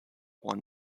won